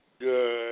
Good